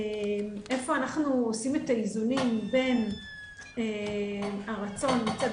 איפה אנחנו עושים את האיזונים בין הרצון מצד